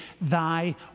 Thy